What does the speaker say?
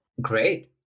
great